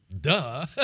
duh